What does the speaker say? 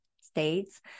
states